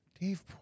Dave